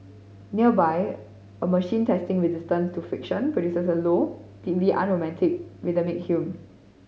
nearby a machine testing resistance to friction produces a low deeply unromantic rhythmic hum